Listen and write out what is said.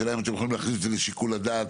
השאלה היא האם אתם יכולים להכניס את זה לשיקול הדעת